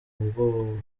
ubwabo